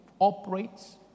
operates